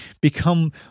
become